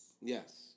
Yes